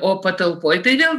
o patalpoj tai vėl